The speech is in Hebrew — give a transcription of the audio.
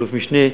אלוף-משנה,